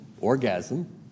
orgasm